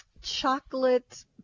chocolate